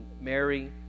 Mary